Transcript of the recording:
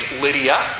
Lydia